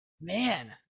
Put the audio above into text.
Man